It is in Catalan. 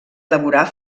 elaborar